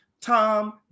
Tom